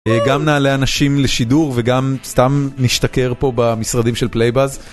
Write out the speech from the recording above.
גם נעלה אנשים לשידור וגם סתם נשתכר פה במשרדים של פלייבאז.